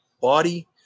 body